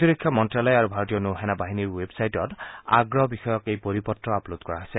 প্ৰতিৰক্ষা মন্ত্ৰালয় আৰু ভাৰতীয় নৌ সেনাবাহিনীৰ ৱেবছাইটত আগ্ৰহবিষয়ক এই পৰিপত্ৰ আপলোড কৰা হৈছে